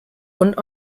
und